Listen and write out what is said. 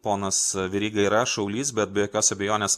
ponas veryga yra šaulys bet be jokios abejonės